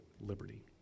liberty